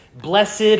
blessed